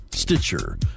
Stitcher